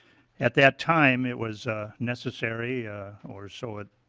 at that time it was necessary or or so it